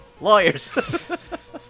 Lawyers